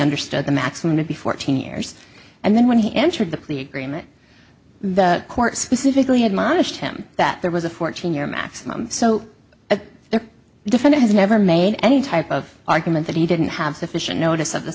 understood the maximum to be fourteen years and then when he entered the plea agreement the court specifically admonished him that there was a fourteen year maximum so there defender has never made any type of argument that he didn't have sufficient notice of the